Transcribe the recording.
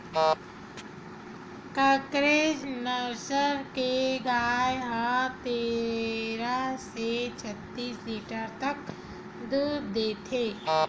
कांकरेज नसल के गाय ह तेरह ले छत्तीस लीटर तक दूद देथे